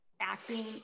acting